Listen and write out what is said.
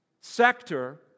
sector